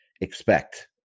expect